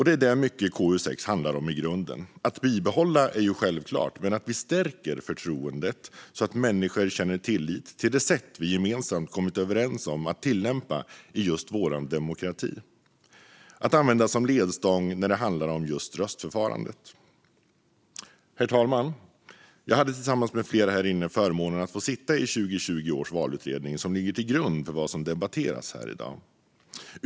Det är mycket det KU6 handlar om i grunden: att bibehålla - det är ju självklart - men också stärka förtroendet så att människor känner tillit till det sätt vi gemensamt kommit överens om att tillämpa i vår demokrati och att använda det som ledstång när det handlar om just röstförfarandet. Herr talman! Jag hade tillsammans med flera här i salen förmånen att få sitta i 2020 års valutredning, vars betänkande ligger till grund för vad som debatteras här i dag.